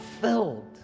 filled